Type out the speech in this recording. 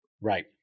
right